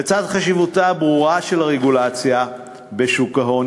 לצד חשיבותה הברורה של הרגולציה בשוק ההון,